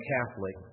Catholic